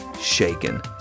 shaken